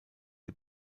die